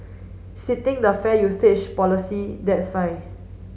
sitting the fair usage policy that's fine